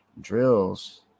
drills